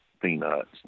peanuts